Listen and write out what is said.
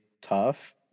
tough